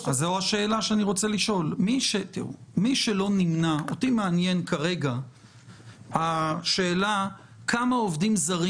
אותי מעניינת השאלה כמה עובדים זרים